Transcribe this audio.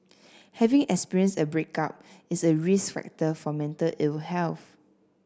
having experienced a breakup is a risk factor for mental ill health